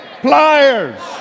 Pliers